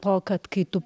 to kad kai tu